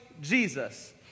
Jesus